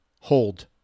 hold